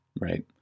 right